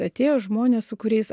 atėjo žmonės su kuriais